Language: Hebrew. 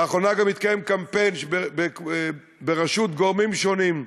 לאחרונה גם התקיים קמפיין בראשות גורמים שונים,